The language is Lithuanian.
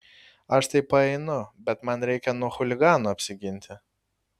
aš tai paeinu bet man reikia nuo chuliganų apsiginti